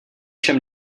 čem